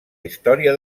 història